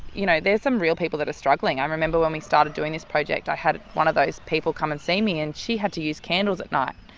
you know, there's some real people who are struggling. i remember when we started doing this project i had one of those people come and see me and she had to use candles at night,